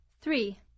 Three